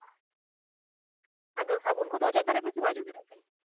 ᱟᱫᱚ ᱥᱟᱵᱚᱱ ᱠᱚᱫᱚ ᱚᱡᱚᱜ ᱫᱟᱲᱮᱣᱟᱜᱼᱟ ᱯᱮ ᱥᱮ ᱵᱟᱯᱮ ᱚᱡᱚᱜ ᱫᱟᱲᱮᱣᱟᱜᱼᱟ